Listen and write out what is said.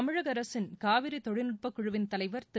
தமிழக அரசின் காவிரி தொழில்நுட்பக் குழுவின் தலைவர் திரு